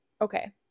okay